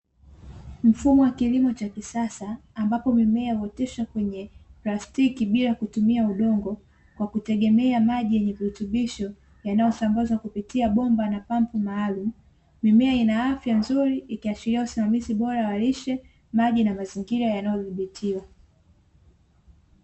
Mfumo wa kilimo cha kisasa ambapo mimea huoteshwa kwenye plastiki bila kutumia udongo, kwa kutegemea maji yenye virutubisho, yanayosambazwa kupitia bomba na pampu maalumu. Mimea ina afya nzuri, ikiashiria usimamizi bora wa lishe, maji, na mazingira yanayodhibitiwa.